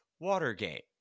Watergate